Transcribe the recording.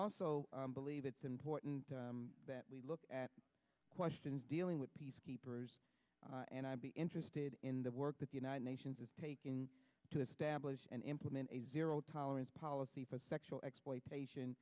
also believe it's important that we look at questions dealing with peacekeepers and i'd be interested in the work that the united nations is taking to establish and implement a zero tolerance policy for sexual exploitation